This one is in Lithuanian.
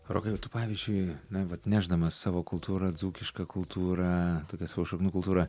rokai o tu pavyzdžiui na vat nešdamas savo kultūrą dzūkišką kultūrą tokią savo šaknų kultūrą